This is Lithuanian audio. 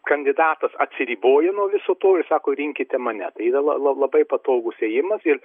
kandidatas atsiriboja nuo viso to ir sako rinkite mane tai yra la la labai patogus ėjimas ir